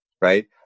right